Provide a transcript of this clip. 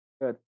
Good